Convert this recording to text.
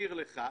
להזכיר לך,